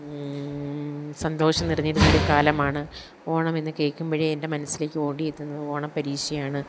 സന്തോഷം നിറഞ്ഞിരുന്നൊരു കാലമാണ് ഓണം എന്ന് കേള്ക്കുമ്പോഴേ എൻ്റെ മനസ്സിലേക്ക് ഓടിയെത്തുന്നത് ഓണപരീക്ഷയാണ്